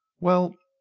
well,